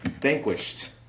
vanquished